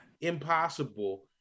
impossible